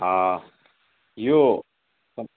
यो